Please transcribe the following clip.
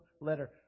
letter